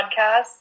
podcast